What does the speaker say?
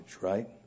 right